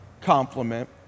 compliment